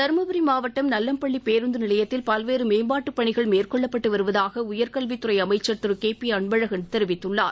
தர்மபுரி மாவட்டம் நல்லம்பள்ளி பேருந்து நிலையத்தில் பல்வேறு மேம்பாட்டு பணிகள் மேற்கொள்ளப்பட்டு வருவதாக உயர்கல்வித்துறை அமைச்சர் திரு கே பி அன்பழகன் தெரிவித்துள்ளார்